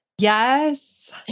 Yes